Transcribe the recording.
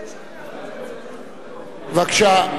בבקשה.